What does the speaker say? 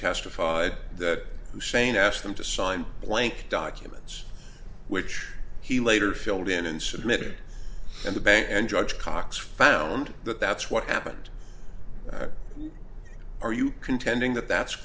testified that hussein asked them to sign blank documents which he later filled in and submitted in the bank and george cox found that that's what happened are you contending that that's